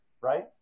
right